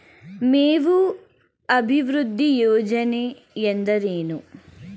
ಮೇವು ಅಭಿವೃದ್ಧಿ ಯೋಜನೆ ಎಂದರೇನು?